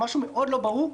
זה משהו מאוד לא ברור.